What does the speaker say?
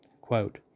quote